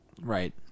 Right